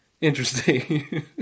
interesting